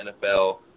NFL